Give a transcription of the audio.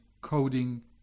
coding